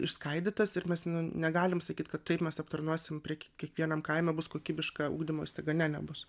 išskaidytas ir mes negalim sakyt kad taip mes aptarnausim prie kiekvienam kaime bus kokybiška ugdymo įstaiga ne nebus